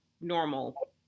normal